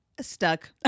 stuck